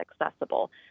accessible